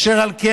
אשר על כן,